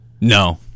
No